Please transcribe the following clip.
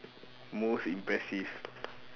most impressive